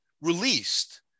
released